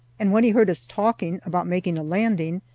and when he heard us talking about making a landing,